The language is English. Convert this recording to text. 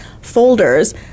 folders